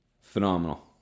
Phenomenal